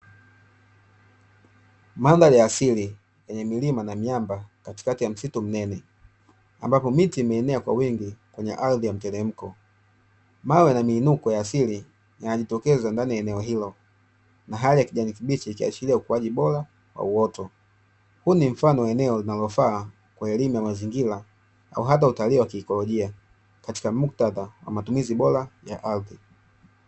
Mandhari ya asili yenye milima na miamba katikati ya msitu mnene, ambapo miti imeenea kwa wingi kwenye ardhi ya mteremko. Mawe na miinuko ya asili yanajitokeza ndani ya eneo hilo, na hali ya kijani kibichi ikiashiria ukuaji bora wa uoto. Huu ni mfano wa eneo linalofaa kwa elimu ya mazingira au hata utalii wa kiikolojia katika muktadha wa matumizi bora ya ardhi.